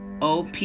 OP